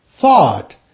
thought